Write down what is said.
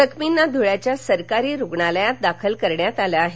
जखमींना धुळ्याच्या सरकारी रुणालयात दाखल करण्यात आलं आहे